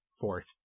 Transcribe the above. Fourth